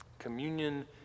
Communion